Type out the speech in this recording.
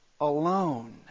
alone